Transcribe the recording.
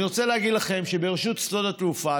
ברשות שדות התעופה,